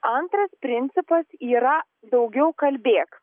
antras principas yra daugiau kalbėk